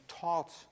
taught